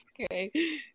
Okay